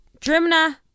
Drimna